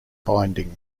binding